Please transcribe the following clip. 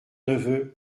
neveu